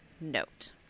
note